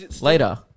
later